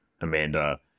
Amanda